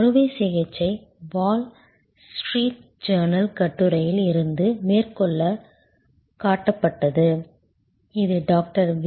அறுவை சிகிச்சை Wall Street Journal கட்டுரையில் இருந்து மேற்கோள் காட்டப்பட்டது இது டாக்டர் வி